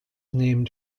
named